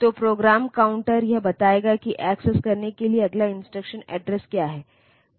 तो program counter यह बताएगा कि एक्सेस करने के लिए अगला इंस्ट्रक्शन एड्रेस क्या है